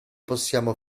possiamo